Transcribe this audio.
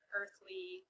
earthly